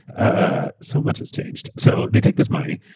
ah so much has changed. so they take this money.